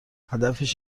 هدفش